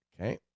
Okay